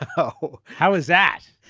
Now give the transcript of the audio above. ah oh how is that.